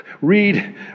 read